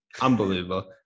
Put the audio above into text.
Unbelievable